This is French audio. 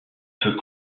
peut